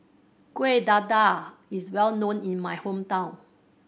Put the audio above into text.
Kueh Dadar is well known in my hometown